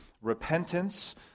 repentance